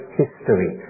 history